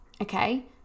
okay